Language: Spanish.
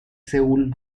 seúl